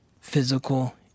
physical